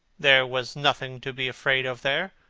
there was nothing to be afraid of, there.